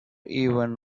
even